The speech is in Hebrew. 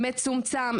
מצומצם,